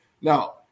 Now